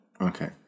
Okay